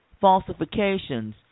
falsifications